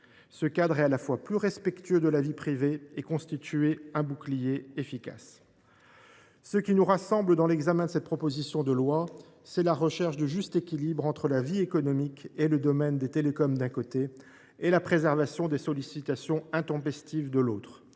Ce cadre est à la fois plus respectueux de la vie privée et constitue un bouclier efficace. Ce qui nous rassemble sur cette proposition de loi, c’est la recherche du juste équilibre entre la vie économique et le domaine des télécoms, d’un côté, et la prévention des sollicitations intempestives de l’autre.